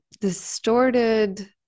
distorted